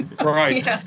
Right